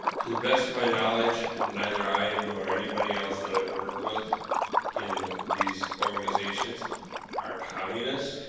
to the best of my knowledge, neither i nor anybody else that i've worked with in these organizations are communists.